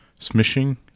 smishing